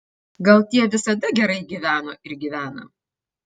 gal tie visada gerai gyveno ir gyvena